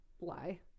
lie